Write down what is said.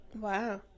Wow